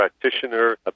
practitioner